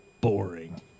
Boring